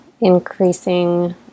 increasing